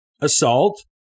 assault